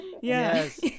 Yes